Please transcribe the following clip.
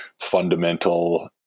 fundamental